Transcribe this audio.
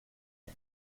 him